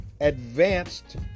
advanced